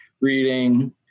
reading